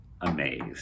Amazed